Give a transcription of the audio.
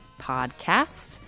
podcast